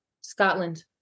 Scotland